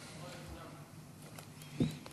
את שרת החוץ, את צריכה